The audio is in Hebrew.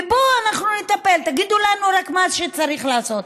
בואו, אנחנו נטפל, רק תגידו לנו מה שצריך לעשות.